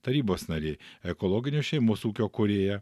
tarybos narė ekologinio šeimos ūkio kūrėja